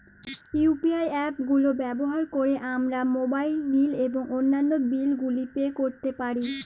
UPI app গুলো ব্যবহার করে আমরা মোবাইল নিল এবং অন্যান্য বিল গুলি পে করতে পারি